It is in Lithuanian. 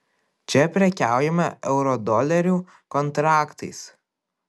čia prekiaujama eurodolerių kontraktais